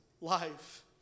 life